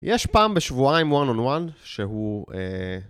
יש פעם בשבועיים, one-on-one, שהוא...